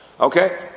Okay